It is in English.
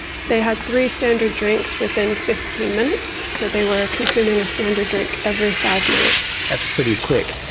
they had three standard drinks within fifteen minutes, so they were consuming a standard drink every five minutes. that's pretty quick.